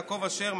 יעקב אשר,